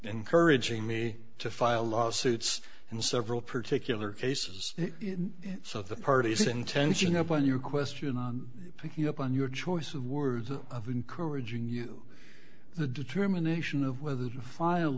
encouraging me to file lawsuits in several particular cases it's of the parties intention up on your question on picking up on your choice of words of encouraging you the determination of whether to file